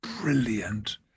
brilliant